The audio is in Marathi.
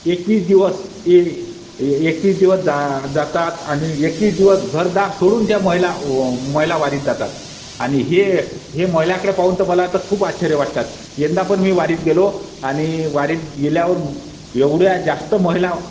एकवीस दिवस ए एकवीस दिवस जा जातात आणि एकवीस दिवस घरदार सोडून त्या महिला महिला वारीत जातात आणि हे हे महिलाकडे पाहून तर मला तर खूप आश्चर्य वाटतात यंदा पण मी वारीत गेलो आणि वारीत गेल्यावर एवढ्या जास्त महिला